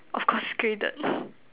of course graded